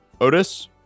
Otis